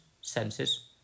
senses